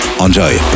Enjoy